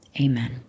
amen